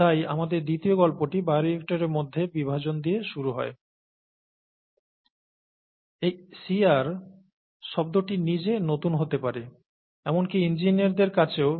তাই আমাদের দ্বিতীয় গল্পটি কাহিনীটি বায়োরিয়াক্টরের মধ্যে বিভাজন দিয়ে শুরু হয় এই শিয়ার শব্দটি নিজে নতুন হতে পারে এমনকি ইঞ্জিনিয়ারদের কাছেও যারা ছাত্র